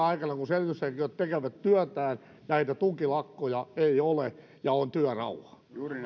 aikana kun selvityshenkilöt tekevät työtään näitä tukilakkoja ei ole ja on työrauha